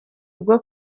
bwo